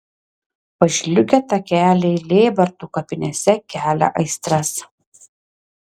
pažliugę takeliai lėbartų kapinėse kelia aistras